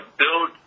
build